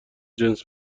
جنس